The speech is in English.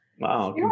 Wow